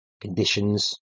conditions